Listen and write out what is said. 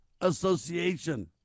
Association